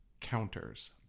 counters